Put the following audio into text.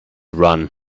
run